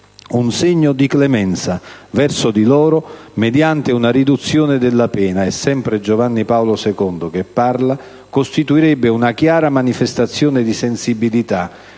Un segno di clemenza verso di loro mediante una riduzione della pena» - è sempre Giovanni Paolo II che parla - «costituirebbe una chiara manifestazione di sensibilità,